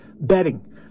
Betting